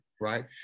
Right